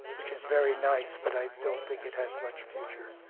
which is very nice, but i don't think it has much future.